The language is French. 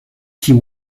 key